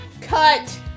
cut